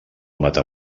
matar